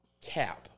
cap